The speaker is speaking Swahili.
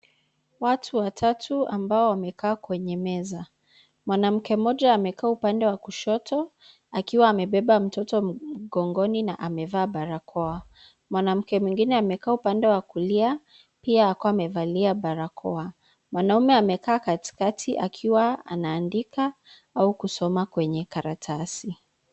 Watu watatu ambao wamekaa kwenye meza. Mwanamke mmoja amekaa upande wa kushoto akiwa amebeba mtoto mgongoni na amevaa barakoa. Mwanamke mwingine amekaa upande wa kulia pia akiwa amevalia barakoa. Mwanaume amekaa kati kati akiwa anaandika au kusoma kwenye karatasi.